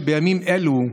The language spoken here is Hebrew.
בימים אלו,